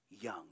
Young